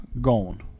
gone